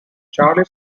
charlie